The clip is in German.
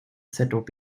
zob